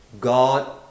God